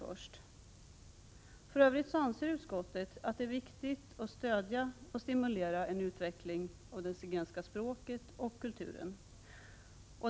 För övrigt anser utskottet att det är viktigt att stödja och stimulera en utveckling av det zigenska språket och kulturen.